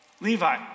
Levi